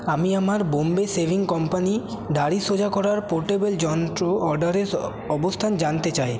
আমি আমার Bombay shaving company দাড়ি সোজা করার পোর্টেবেল যন্ত্র অর্ডারের অবস্থান জানতে চাই